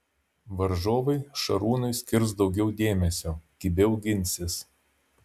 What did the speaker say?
varžovai šarūnui skirs daugiau dėmesio kibiau ginsis